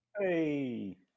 Hey